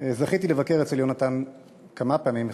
זכיתי לבקר אצל יונתן כמה פעמים,